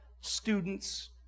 students